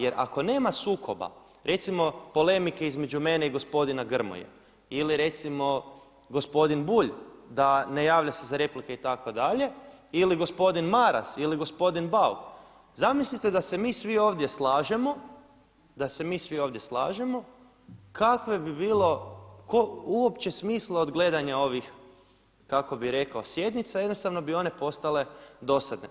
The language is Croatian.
Jer ako nema sukoba, recimo polemike između mene i gospodina Grmoje, ili recimo gospodin Bulj da ne javlja se za replike itd., ili gospodin Maras ili gospodin Bauk, zamislite da se mi svi ovdje slažemo, da se mi svi ovdje slažemo kakvog bi bilo, uopće smisla od gledanja ovih, kako bih rekao sjednica, jednostavno bi one postane dosadne.